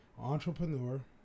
entrepreneur